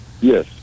Yes